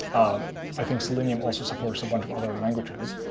i think selenium also supports a bunch of other languages,